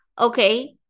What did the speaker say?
Okay